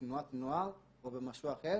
בתנועת נוער או במשהו אחר